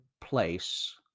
place